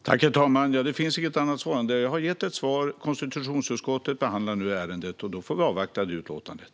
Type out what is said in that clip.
Herr talman! Det finns inget annat svar än det som jag har gett. Konstitutionsutskottet behandlar nu ärendet. Vi får avvakta det utlåtandet.